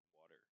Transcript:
water